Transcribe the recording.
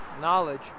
knowledge